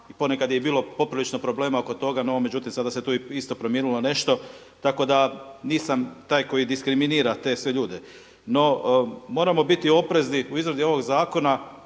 ponekad je bilo i poprilično problema oko toga no međutim sada se tu isto promijenilo nešto. Tako da nisam taj koji diskriminira te sve ljude. No, moramo biti oprezni u izradi ovog zakona